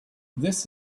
this